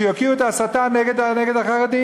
שיוקיעו את ההסתה נגד החרדים.